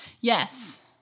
Yes